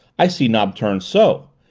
i see knob turn, so,